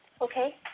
Okay